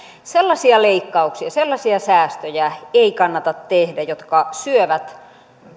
sellaisia leikkauksia sellaisia säästöjä ei kannata tehdä jotka syövät